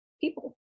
people